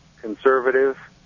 conservative